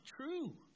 true